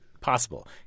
possible